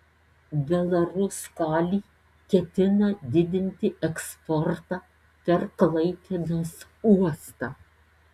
belaruskalij ketina didinti eksportą per klaipėdos uostą